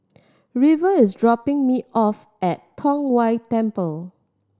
river is dropping me off at Tong Whye Temple